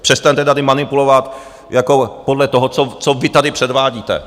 Přestaňte tady manipulovat jako podle toho, co vy tady předvádíte.